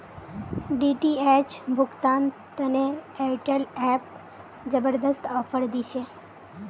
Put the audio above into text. DTH भुगतान तने Airtel app जबरदस्त ऑफर दी छे